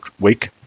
week